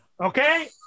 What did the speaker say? Okay